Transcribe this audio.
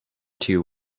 two